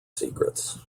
secrets